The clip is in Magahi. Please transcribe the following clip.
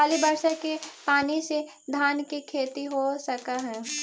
खाली बर्षा के पानी से धान के खेती हो सक हइ?